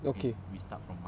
okay we start from